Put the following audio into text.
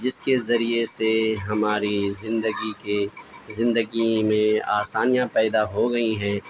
جس کے ذریعے سے ہماری زندگی کے زندگی میں آسانیاں پیدا ہو گئی ہیں